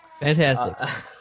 Fantastic